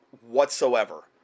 whatsoever